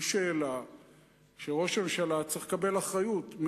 היא שאלה שראש הממשלה צריך לקבל אחריות בה.